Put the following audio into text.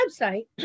website